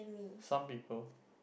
some people